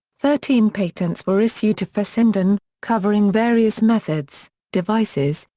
thirteen patents were issued to fessenden, covering various methods, devices,